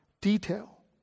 detail